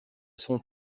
son